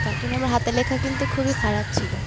তখন আমার হাতের লেখা কিন্তু খুবই খারাপ ছিল